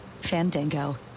Fandango